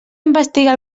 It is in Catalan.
investiga